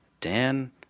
Dan